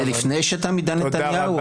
זה לפני שתם עידן נתניהו או אחרי זה?